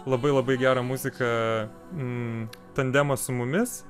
labai labai gerą muziką tandemas su mumis